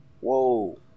Whoa